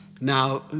Now